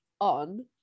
on